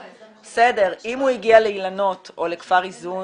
בסדר, אם הוא הגיע לאילנות, כפר איזון,